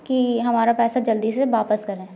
कि हमारा पैसा जल्दी से वापस करें